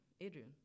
Adrian